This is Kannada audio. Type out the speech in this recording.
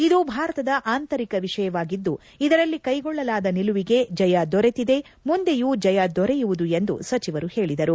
ಇದು ಭಾರತದ ಆಂತರಿಕ ವಿಷಯವಾಗಿದ್ದು ಇದರಲ್ಲಿ ಕೈಗೊಳ್ಳಲಾದ ನಿಲುವಿಗೆ ಜಯ ದೊರೆತಿದೆ ಮುಂದೆಯೂ ಜಯ ದೊರೆಯುವುದು ಎಂದು ಸಚಿವರು ಪೇಳಿದರು